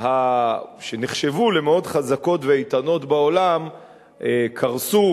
שנחשבו למאוד חזקות ואיתנות בעולם קרסו,